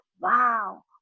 wow